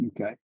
Okay